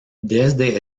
desde